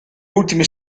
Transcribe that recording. ultime